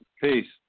Peace